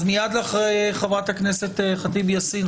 מיד אחרי חברת הכנסת ח'טיב יאסין,